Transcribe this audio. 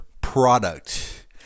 product